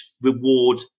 reward